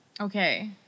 Okay